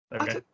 Okay